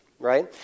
right